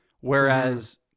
whereas